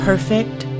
perfect